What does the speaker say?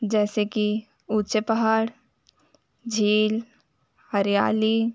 जैसे कि ऊँचे पहाड़ झील हरियाली